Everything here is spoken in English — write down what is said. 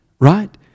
Right